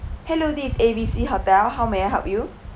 hello this is A_B_C hotel how may I help you